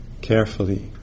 carefully